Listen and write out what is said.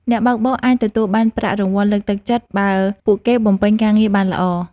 អ្នកបើកបរអាចទទួលបានប្រាក់រង្វាន់លើកទឹកចិត្ត បើពួកគេបំពេញការងារបានល្អ។